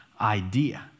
idea